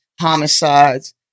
homicides